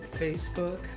Facebook